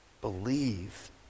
believe